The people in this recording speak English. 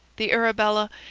the arabella,